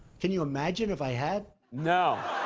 can you imagine if i had? no.